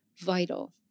vital